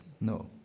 no